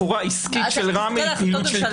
גם הפעילות של רמ"י שלכאורה עסקית היא פעילות שלטונית.